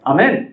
Amen